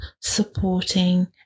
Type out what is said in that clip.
supporting